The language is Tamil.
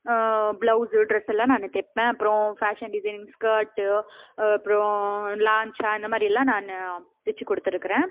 பிளவுஸு டிரஸ் எல்லாம் நானே தைப்பேன் அப்புறம் ஃபேஷன் டிசைனிங் ஸ்கர்ட்டு அப்புறம் லாஞ்சா இந்தமாதிரிலாம் நான் தச்சு கொடுத்துருக்குறேன்